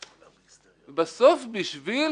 בסוף, בשביל